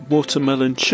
Watermelon